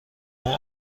اون